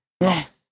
Yes